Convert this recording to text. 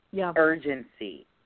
urgency